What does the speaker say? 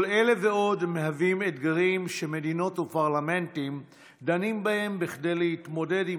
כל אלה ועוד מהווים אתגרים שמדינות ופרלמנטים דנים בהם כדי להתמודד עם